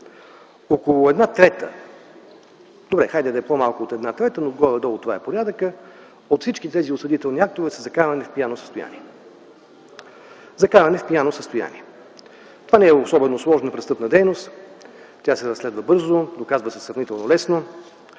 Около една трета, хайде да е по-малко от една трета, но горе-долу това е порядъкът, от всичките тези осъдителни актове са за каране в пияно състояние. Това не е особено сложна и престъпна дейност. Тя се разследва бързо, доказва се сравнително лесно.